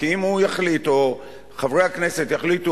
כי אם הוא יחליט או חברי הכנסת יחליטו